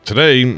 Today